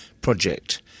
project